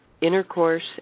intercourse